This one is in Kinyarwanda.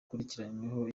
akurikiranyweho